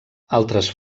altres